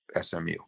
SMU